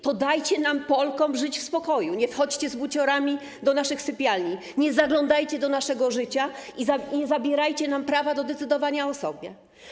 To dajcie nam, Polkom, żyć w spokoju, nie wchodźcie z buciorami do naszych sypialni, nie zaglądajcie do naszego życia i nie zabierajcie nam prawa do decydowania o sobie.